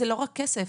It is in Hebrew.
זה לא רק כסף.